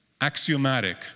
axiomatic